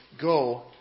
go